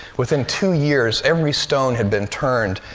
within two years every stone had been turned.